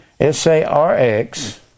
S-A-R-X